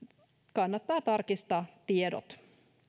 kannattaa tarkistaa tiedot